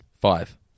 Five